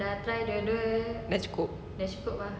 dah cukup